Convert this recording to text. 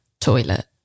toilet